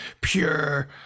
pure